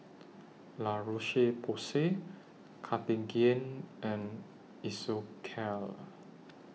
La Roche Porsay Cartigain and Isocal